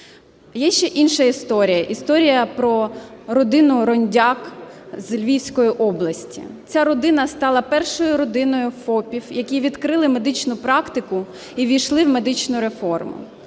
Є ще інша історія, історія про родину Рундяк з Львівської області. Ця родина стала першою родиною ФОПів, які відкрили медичну практику і ввійшли в медичну реформу.